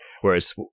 Whereas